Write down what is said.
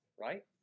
right